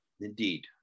indeed